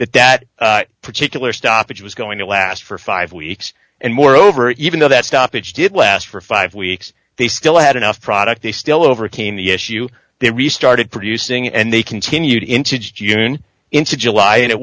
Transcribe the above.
that that particular stoppage was going to last for five weeks and moreover even though that stoppage did last for five weeks they still had enough product they still overcame the issue they restarted producing and they continued into june into july and it